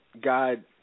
God